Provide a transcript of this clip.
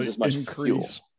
increase